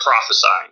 prophesying